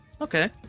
Okay